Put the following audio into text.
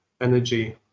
energy